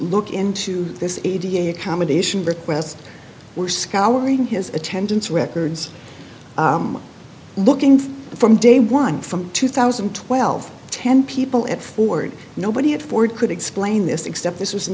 look into this a d h accommodation request were scouring his attendance records looking from day one from two thousand and twelve ten people at ford nobody at ford could explain this except this was in